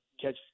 catch